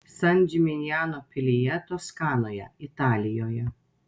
san džiminjano pilyje toskanoje italijoje